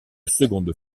seconde